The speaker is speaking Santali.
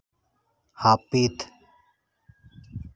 ᱦᱟᱹᱯᱤᱫ